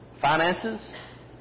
Finances